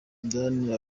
danny